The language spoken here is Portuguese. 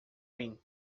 mim